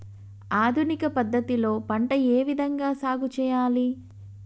ఆధునిక పద్ధతి లో పంట ఏ విధంగా సాగు చేయాలి?